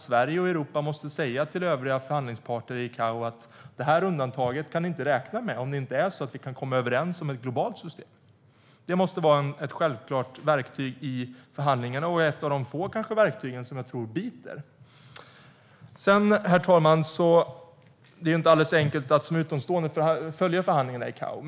Sverige och Europa måste säga till övriga förhandlingsparter i ICAO: Det här undantaget kan ni inte räkna med om vi inte kan komma överens om ett globalt system. Det måste vara ett självklart verktyg i förhandlingarna och är nog ett av de få verktyg som jag tror biter. Herr talman! Det är inte alldeles enkelt att som utomstående följa förhandlingarna i ICAO.